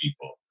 people